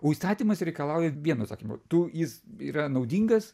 o įstatymas reikalauja vieno tu jis yra naudingas